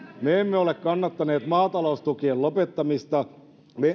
me emme ole kannattaneet maataloustukien lopettamista